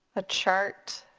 a chart.